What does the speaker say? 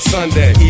Sunday